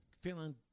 feeling –